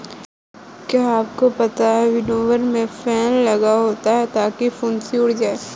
क्या आपको पता है विनोवर में फैन लगा होता है ताकि भूंसी उड़ जाए?